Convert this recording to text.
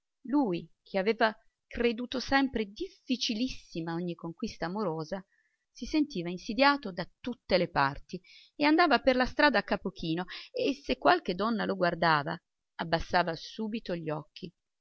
lui che aveva creduto sempre difficilissima ogni conquista amorosa si sentiva insidiato da tutte le parti e andava per la strada a capo chino e se qualche donna lo guardava abbassava subito gli occhi